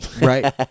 right